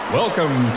welcome